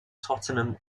tottenham